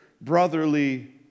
brotherly